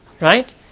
right